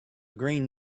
green